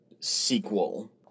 sequel